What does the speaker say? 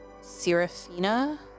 Serafina